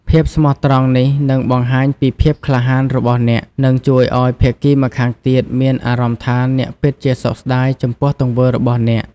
ភាពស្មោះត្រង់នេះនឹងបង្ហាញពីភាពក្លាហានរបស់អ្នក និងជួយឱ្យភាគីម្ខាងទៀតមានអារម្មណ៍ថាអ្នកពិតជាសោកស្ដាយចំពោះទង្វើរបស់អ្នក។